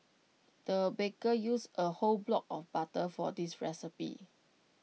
the baker used A whole block of butter for this recipe